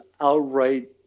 outright –